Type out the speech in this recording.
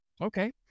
Okay